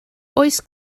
oes